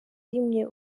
rimwe